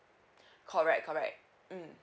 correct correct mm